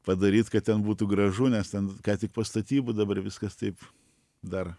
padaryt kad ten būtų gražu nes ten ką tik po statybų dabar viskas taip dar